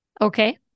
okay